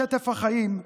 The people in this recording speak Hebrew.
בשטף החיים,